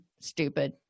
stupid